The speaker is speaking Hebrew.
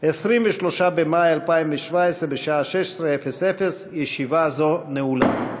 23 במאי 2017, בשעה 16:00. ישיבה זו נעולה.